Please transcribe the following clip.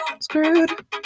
screwed